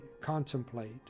contemplate